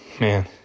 man